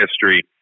history